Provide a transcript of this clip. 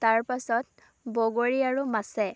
তাৰ পাছত বগৰী আৰু মাছে